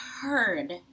heard